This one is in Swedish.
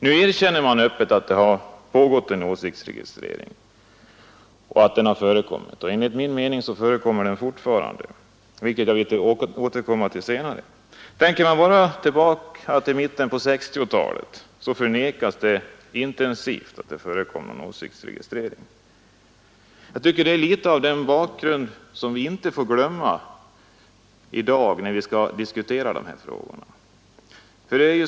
Nu erkänner man öppet att det har förekommit åsiktsregistrering och enligt min mening förekommer den fortfarande. Tänker man tillbaka bara till mitten av 1960-talet kan man erinra sig att det då förnekades intensivt att det förekom åsiktsregistrering. Det är litet av den bakgrunden som vi inte får glömma när vi i dag skall diskutera dessa frågor.